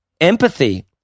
empathy